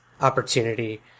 opportunity